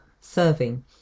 serving